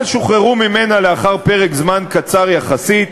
אבל שוחררו ממנה לאחר פרק זמן קצר יחסית,